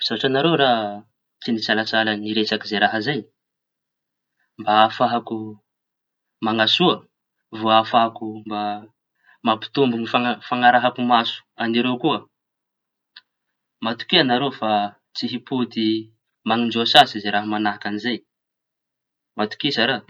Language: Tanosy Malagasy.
Nisaotra añareo raha tsy nisalasala niresaky. Zay raha zay mba ahafahako mañasoa vao ahafahako mampitombo ny faña- fañarahako maso an'ireo koa. Matokia añareo fa tsy himpody manindroa sasy zay raha zay matokisa raha.